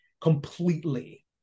completely